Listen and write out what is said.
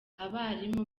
abarimu